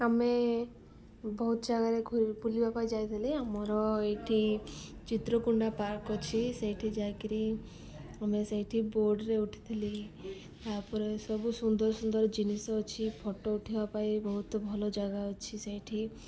ଆମେ ବହୁତ ଜାଗାରେ ବୁଲିବା ପାଇଁ ଯାଇଥିଲି ଆମର ଏଇଠି ଚିତ୍ରକୁୁଣ୍ଡା ପାର୍କ ଅଛି ସେଇଠି ଯାଇ କରି ଆମେ ସେଇଠି ବୋଡ଼ରେ ଉଠିଥିଲି ତା'ପରେ ସବୁ ସୁନ୍ଦର ସୁନ୍ଦର ଜିନିଷ ଅଛି ଫଟୋ ଉଠିବା ପାଇଁ ବହୁତ ଭଲ ଜାଗା ଅଛି ସେଇଠି